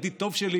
ידיד טוב שלי,